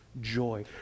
joy